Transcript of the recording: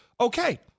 okay